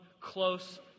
close